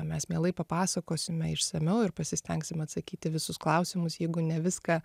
mes mielai papasakosime išsamiau ir pasistengsim atsakyt į visus klausimus jeigu ne viską